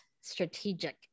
strategic